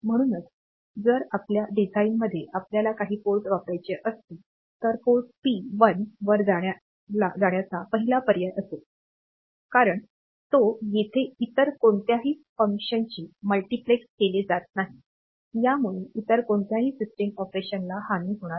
म्हणूनच जर आपल्या डिझाइनमध्ये आपल्याला काही पोर्ट वापरायचे असतील तर पोर्ट पी 1 वर जाण्याचा पहिला पर्याय असेल कारण तो येथे इतर कोणत्याही फंक्शनचे मल्टिप्लेक्स केले जात नाही यामुळे इतर कोणत्याही सिस्टम ऑपरेशनला हानी होणार नाही